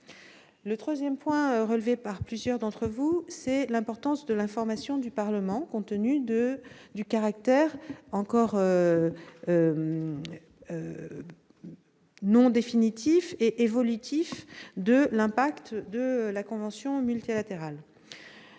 Le troisième sujet porte sur l'importance de l'information du Parlement, compte tenu du caractère encore non définitif et évolutif de l'impact de la convention multilatérale.